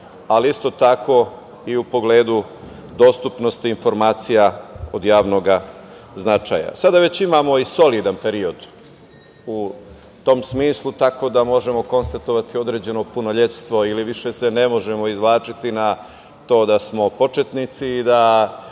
ali isto tako i u pogledu dostupnosti informacija od javnog značaja. Sada već imamo solidan period u tom smislu, tako da možemo konstatovati određeno punoletstvo ili više se ne možemo izvlačiti na to da smo početnici i da